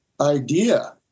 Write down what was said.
idea